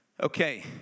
Okay